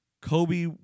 Kobe